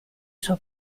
suo